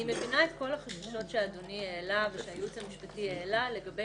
אני מבינה את כל החששות שאדוני העלה והייעוץ המשפטי העלה לגבי